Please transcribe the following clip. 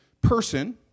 person